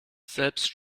selbst